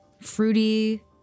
fruity